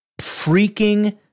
freaking